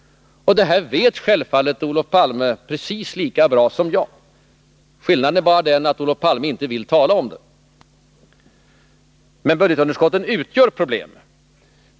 Detta vet självfallet Olof Palme precis lika bra som jag. Skillnaden är bara den att Olof Palme inte vill tala om det. Budgetunderskotten utgör ett problem.